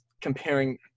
comparing